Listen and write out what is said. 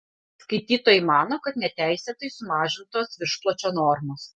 skaitytojai mano kad neteisėtai sumažintos viršpločio normos